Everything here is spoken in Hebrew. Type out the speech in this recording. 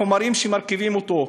החומרים שמרכיבים אותו,